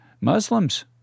Muslims